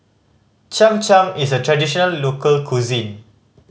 Cham Cham is a traditional local cuisine